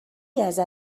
ازت